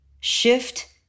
shift